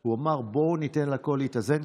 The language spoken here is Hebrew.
הוא אמר: בואו ניתן לכול להתאזן,